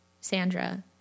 Sandra